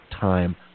time